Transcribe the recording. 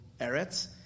Eretz